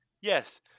Yes